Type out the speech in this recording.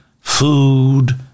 food